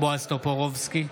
בועז טופורובסקי,